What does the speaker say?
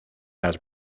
las